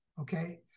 okay